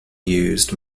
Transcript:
used